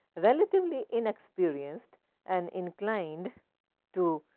relatively inexperienced and inclined to